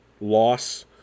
loss